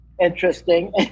Interesting